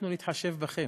אנחנו נתחשב בכם.